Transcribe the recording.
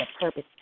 purpose